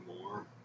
more